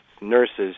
nurses